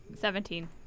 Seventeen